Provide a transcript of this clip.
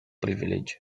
privilege